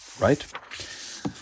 right